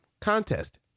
contest